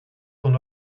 ton